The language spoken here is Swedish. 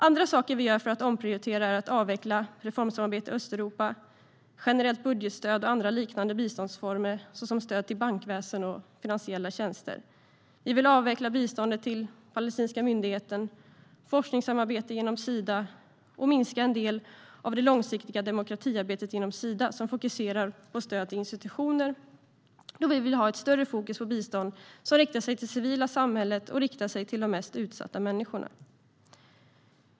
Andra saker vi gör för att omprioritera är att avveckla reformsamarbetet med Östeuropa, generellt budgetstöd och andra liknande biståndsformer såsom stöd till bankväsen och finansiella tjänster. Vi vill avveckla biståndet till palestinska myndigheten och forskningssamarbete genom Sida och minska den del av det långsiktiga demokratiarbetet genom Sida som fokuserar på stöd till institutioner, då vi vill ha ett större fokus på bistånd som riktar sig till det civila samhället och till de mest utsatta människorna.